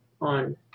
On